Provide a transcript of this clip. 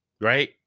right